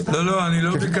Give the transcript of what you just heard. לא, לא, אני לא ביקשתי.